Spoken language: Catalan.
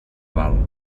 val